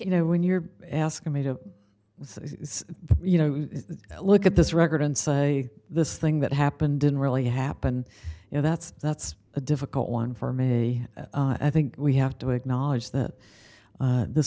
you know when you're asking me to you know look at this record and say this thing that happened didn't really happen you know that's that's a difficult one for me i think we have to acknowledge that